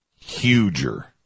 huger